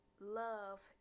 Love